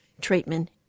treatment